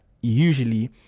usually